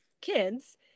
kids